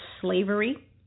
slavery